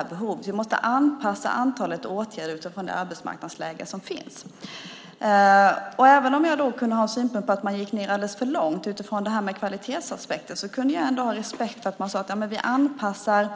Ministern sade att vi måste anpassa antalet åtgärder efter arbetsmarknadsläget. Även om jag då kunde ha synpunkter på att man gick ned alldeles för långt utifrån kvalitetsaspekten kunde jag ändå ha respekt för att man sade att man skulle anpassa